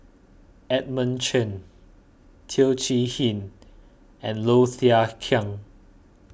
Edmund Chen Teo Chee Hean and Low Thia Khiang